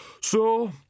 So